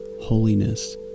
holiness